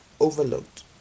overlooked